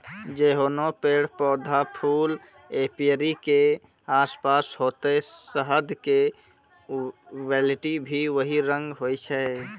जैहनो पेड़, पौधा, फूल एपीयरी के आसपास होतै शहद के क्वालिटी भी वही रंग होय छै